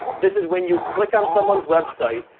this is when you click on someone's website,